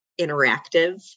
interactive